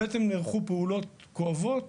בעצם נערכו פעולות כואבות